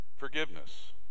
forgiveness